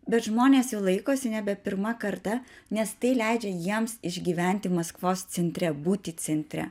bet žmonės jų laikosi nebe pirma karta nes tai leidžia jiems išgyventi maskvos centre būti centre